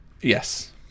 Yes